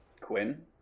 quinn